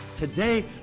Today